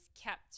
kept